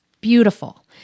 Beautiful